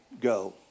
go